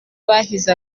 bahize